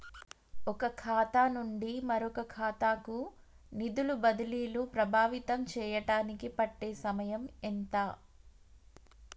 ఒక ఖాతా నుండి మరొక ఖాతా కు నిధులు బదిలీలు ప్రభావితం చేయటానికి పట్టే సమయం ఎంత?